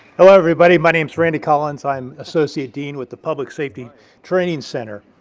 hello everybody, my name's randy collins. i'm associate dean with the public safety training center.